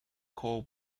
coal